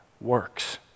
works